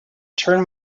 turn